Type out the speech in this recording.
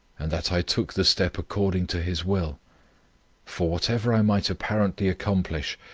and that i took the step according to his will for whatever i might apparently accomplish,